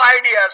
ideas